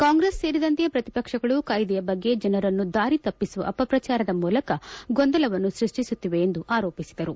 ಕಾಂಗ್ರೆಸ್ ಸೇರಿದಂತೆ ಪ್ರತಿಪಕ್ಷಗಳು ಕಾಯ್ದೆಯ ಬಗ್ಗೆ ಜನರನ್ನು ದಾರಿ ತಪ್ಪಿಸುವ ಅಪಪ್ರಚಾರದ ಮೂಲಕ ಗೊಂದಲವನ್ನು ಸೃಷ್ಠಿಸುತ್ತಿವೆ ಎಂದು ಆರೋಪಿಸಿದರು